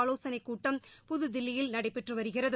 ஆலோசனை கூட்டம் புதுதில்லியில் நடைபெற்று வருகிறது